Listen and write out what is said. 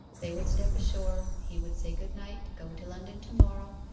they would step ashore he would say good-night, go to london to-morrow,